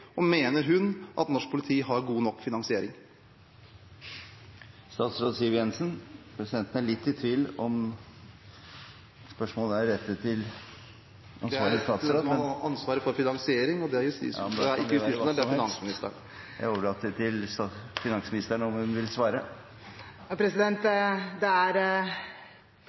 og mener hun at norsk politi har god nok finansiering? Presidenten er litt i tvil om spørsmålet er rettet til ansvarlig statsråd. Det er til den som har ansvaret for finansiering, og det er finansministeren. Jeg overlater til finansministeren om hun vil svare. Det er helt riktig at finansministeren har budsjettansvaret. Selv om